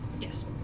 Yes